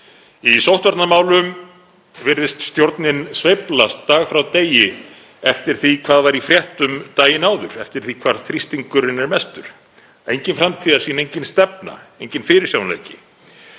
Í sóttvarnamálum virðist stjórnin sveiflast dag frá degi eftir því hvað var í fréttum daginn áður, eftir því hvar þrýstingurinn er mestur. Engin framtíðarsýn, engin stefna, enginn fyrirsjáanleiki.